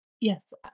Yes